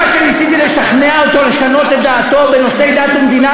כמה שניסיתי לשכנע אותו לשנות את דעתו בנושאי דת ומדינה,